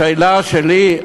השאלה שלי,